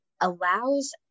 allows